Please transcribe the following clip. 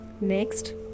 Next